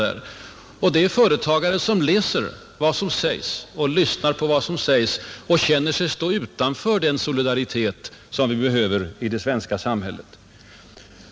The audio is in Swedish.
Det är företagare som lyssnar på vad som sägs och känner sig stå utanför den solidaritet som vi behöver i det svenska samhället.